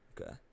Okay